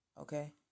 okay